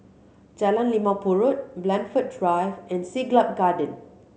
Jalan Limau Purut Blandford Drive and Siglap Garden